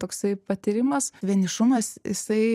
toksai patyrimas vienišumas jisai